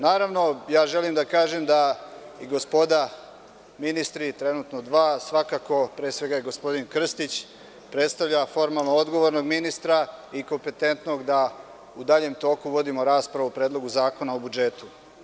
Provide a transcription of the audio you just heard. Naravno, želim da kažem da i gospoda ministri, pre svega gospodin Krstić, predstavlja formalno odgovornog ministra i kompetentnog da u daljem toku vodimo raspravu o Predlogu zakona o budžetu.